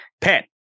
pet